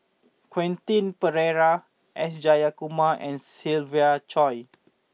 Quentin Pereira S Jayakumar and Siva Choy